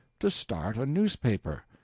to start a newspaper.